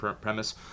premise